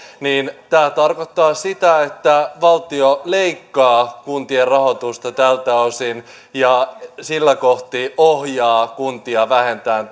tämä tarkoittaa sitä että valtio leikkaa kuntien rahoitusta tältä osin ja sillä kohdin ohjaa kuntia vähentämään